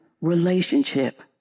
relationship